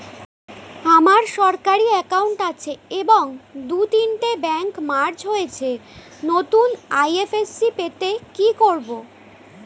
আমার সরকারি একাউন্ট আছে এবং দু তিনটে ব্যাংক মার্জ হয়েছে, নতুন আই.এফ.এস.সি পেতে কি করব?